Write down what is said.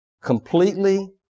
completely